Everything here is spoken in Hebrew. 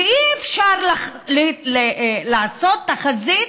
שאי-אפשר לעשות תחזית